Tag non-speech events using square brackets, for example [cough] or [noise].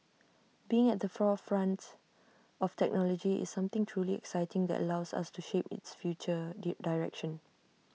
being at the forefront of technology is something truly exciting that allows us to shape its future [unintelligible] direction